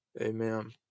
Amen